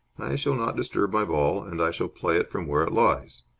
i shall not disturb my ball, and i shall play it from where it lies.